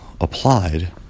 applied